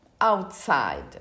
outside